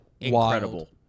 incredible